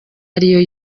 ariyo